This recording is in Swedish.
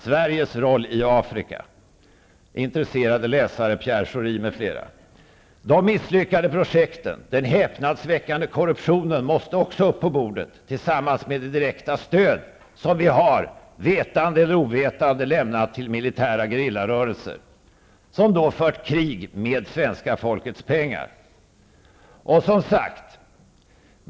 ''Sveriges roll i Afrika'' intresserade läsare är Pierre De misslyckade projekten, och den häpnadsväckande korruptionen, måste också upp på bordet tillsammans med det direkta stöd som vi vetande, eller ovetande, lämnat till militära gerillarörelser. De har alltså fört krig med svenska folkets pengar.